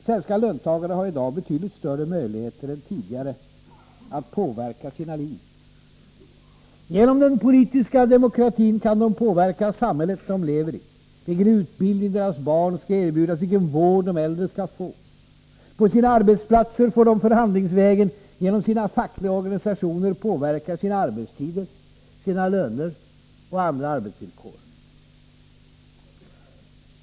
Svenska löntagare har i dag betydligt större möjligheter än tidigare att påverka sina liv. Genom den politiska demokratin kan de påverka samhället de lever i, vilken utbildning deras barn skall erbjudas, vilken vård de äldre skall få. På sina arbetsplatser får de förhandlingsvägen genom sina fackliga organisationer påverka sina arbetstider, sina löner och andra arbetsvillkor.